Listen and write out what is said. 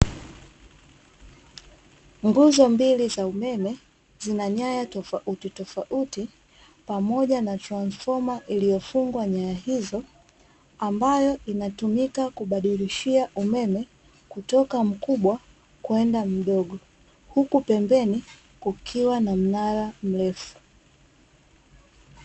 Nguzo mbili za umeme zina nyaya tofautitofauti pamoja na transfoma iliyofungwa nyaya hizo, ambayo inatumika kubadilishia umeme kutoka mkubwa kwenda mdogo huku pembeni kukiwa na mnara mrefu.